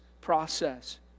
process